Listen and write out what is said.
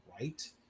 right